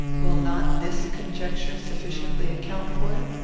will not this conjecture sufficiently account for it?